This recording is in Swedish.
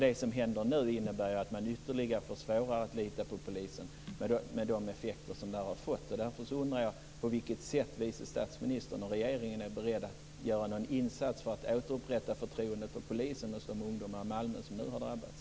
Det som händer nu innebär ju att man ytterligare försvårar det hela när det gäller att lita på polisen, med de effekter som det här har fått. Därför undrar jag på vilket sätt vice statsministern och regeringen är beredda att göra någon insats för att återupprätta förtroendet för polisen hos de ungdomar i Malmö som nu har drabbats.